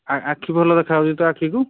ଆ ଆଖି ଭଲ ଦେଖାଯାଉଛି ତ ଆଖିକୁ